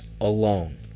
alone